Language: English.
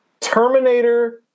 Terminator